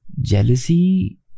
Jealousy